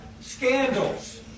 scandals